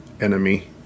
enemy